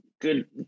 good